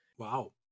Wow